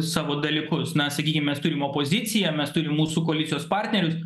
savo dalykus na sakykim mes turim opoziciją mes turim mūsų koalicijos partnerius